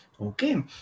Okay